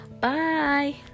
bye